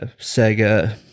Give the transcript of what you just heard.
Sega